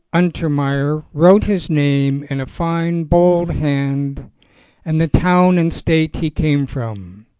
unter meyer wrote his name in a fine bold hand and the town and state he came from,